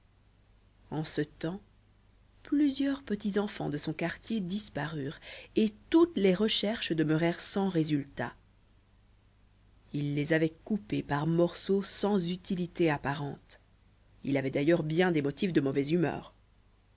en ce temps plusieurs petits enfants de son quartier disparurent et toutes les recherches demeurèrent sans résultat il les avait coupés par morceaux sans utilité apparente il avait d'ailleurs bien des motifs de mauvaise humeur